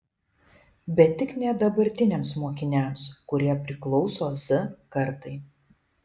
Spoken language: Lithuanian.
bet tik ne dabartiniams mokiniams kurie priklauso z kartai